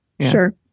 Sure